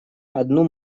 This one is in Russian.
одну